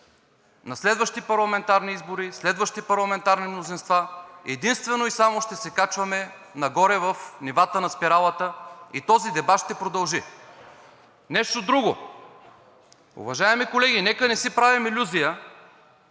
на следващите парламентарни избори, следващите парламентарни мнозинства единствено и само ще се качваме нагоре в нивата на спиралата и този дебат ще продължи. Нещо друго, уважаеми колеги. Нека не си правим илюзия